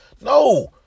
No